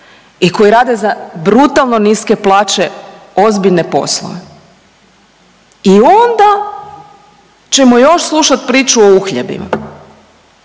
i koji rade za brutalno niske plaće ozbiljne poslove. I onda ćemo još slušati priču o uhljebima